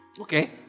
Okay